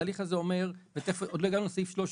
התהליך הזה אומר עוד לא הגענו לסעיף 13